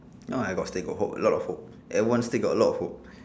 no I got still got hope a lot of hope everyone still got a lot of hope